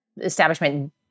establishment